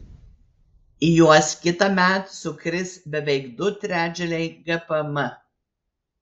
į juos kitąmet sukris beveik du trečdaliai gpm